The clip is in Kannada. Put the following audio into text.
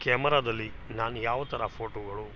ಕ್ಯಾಮರದಲ್ಲಿ ನಾನು ಯಾವ ಥರ ಫೋಟೋಗಳು